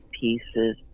pieces